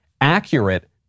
accurate